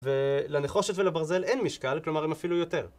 ולנחושת ולברזל אין משקל, כלומר הם אפילו יותר.